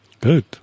Good